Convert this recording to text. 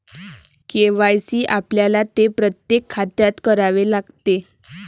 KYC आपल्याला ते प्रत्येक खात्यात करावे लागते